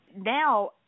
Now